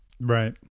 Right